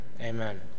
Amen